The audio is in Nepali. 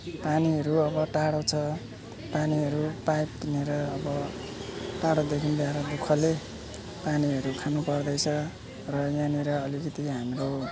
पानीहरू अब टाढो छ पानीहरू पाइपनेर अब टाढोदेखि ल्याएर दुःखले पानीहरू खानु पर्दैछ र यहाँनेर अलिकति हाम्रो